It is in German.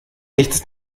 nichts